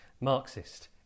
Marxist